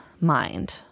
mind